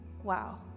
Wow